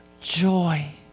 joy